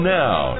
now